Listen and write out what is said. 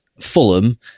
Fulham